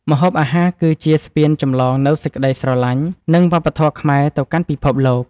ម្ហូបអាហារគឺជាស្ពានចម្លងនូវសេចក្តីស្រឡាញ់ និងវប្បធម៌ខ្មែរទៅកាន់ពិភពលោក។